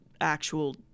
actual